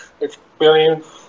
experience